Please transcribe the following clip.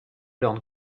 lord